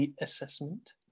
assessment